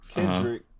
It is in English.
Kendrick